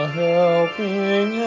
helping